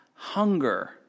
hunger